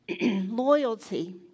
loyalty